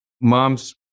mom's